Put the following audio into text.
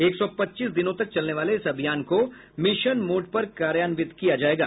एक सौ पच्चीस दिनों तक चलने वाले इस अभियान को मिशन मोड पर कार्यान्वित किया जाएगा